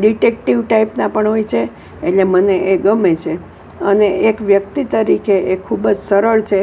detective ટાઈપના પણ હોય છે એટલે મને એ ગમે છે અને એક વ્યક્તિ તરીકે એ ખૂબ જ સરળ છે